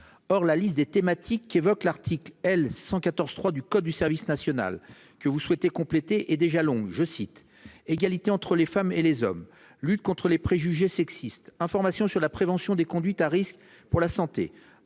Or la liste des thématiques qui évoque l'article L 114 3 du code du service national que vous souhaitez compléter et des jalons, je cite, égalité entre les femmes et les hommes. Lutte contre les préjugés sexistes information sur la prévention des conduites à risques pour la santé.